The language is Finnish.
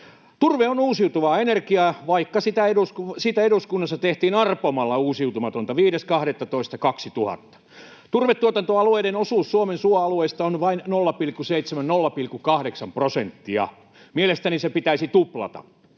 Turve on uusiutuvaa energiaa, vaikka siitä eduskunnassa tehtiin arpomalla uusiutumatonta 5.12.2000. Turvetuotantoalueiden osuus Suomen suoalueista on vain 0,7—0,8 prosenttia. Mielestäni se pitäisi tuplata.